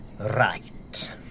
Right